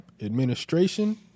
Administration